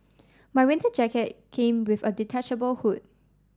my winter jacket came with a detachable hood